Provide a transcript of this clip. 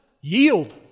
yield